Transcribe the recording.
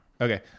Okay